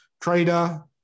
trader